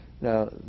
Now